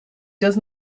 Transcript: does